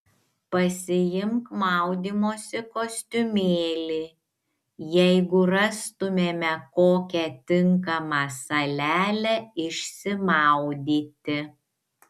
pasiimk maudymosi kostiumėlį jeigu rastumėme kokią tinkamą salelę išsimaudyti